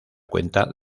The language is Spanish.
cuenta